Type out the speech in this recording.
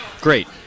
Great